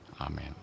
Amen